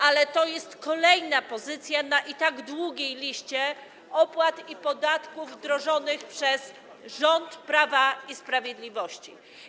Ale to jest kolejna pozycja na i tak długiej liście opłat i podatków wdrożonych przez rząd Prawa i Sprawiedliwości.